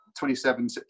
27